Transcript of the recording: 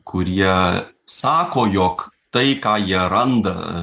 kurie sako jog tai ką jie randa